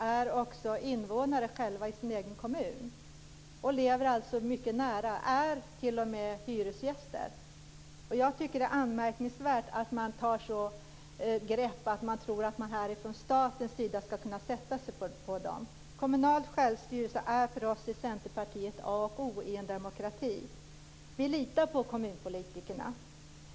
Fru talman! De kommunalt förtroendevalda är också invånare i sin egen kommun och lever alltså mycket nära, är t.o.m., hyresgäster. Jag tycker att det är anmärkningsvärt att man tror att man från statens sida skall kunna sätta sig på dem. Kommunal självstyrelse är för oss i Centerpartiet A och O i en demokrati. Vi litar på kommunpolitikerna.